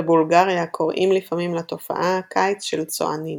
בבולגריה קוראים לפעמים לתופעה "קיץ של צוענים"